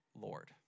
lord